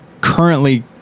currently